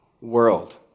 world